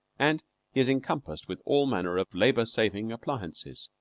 and he is encompassed with all manner of labor-saving appliances.